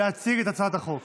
הוא מציג את הצעת החוק.